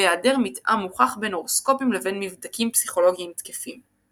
והעדר מתאם מוכח בין הורוסקופים לבין מבדקים פסיכולוגיים תקפים.